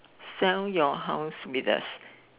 sell your house with us